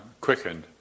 quickened